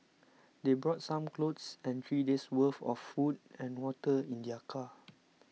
they brought some clothes and three days' worth of food and water in their car